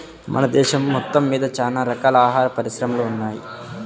మన దేశం మొత్తమ్మీద చానా రకాల ఆహార పరిశ్రమలు ఉన్నయ్